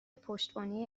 پشتوانه